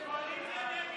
ההצעה